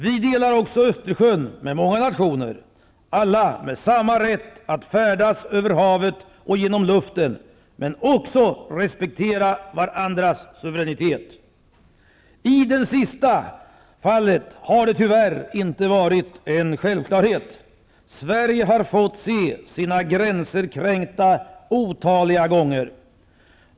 Vi delar också Östersjön med många nationer, alla med samma rätt att färdas över havet och genom luften men också med samma skyldighet att respektera varandras suveränitet. Denna skyldighet har tyvärr inte varit en självklarhet, Sverige har fått se sina gränser kränkta otaliga gånger.